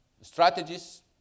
strategies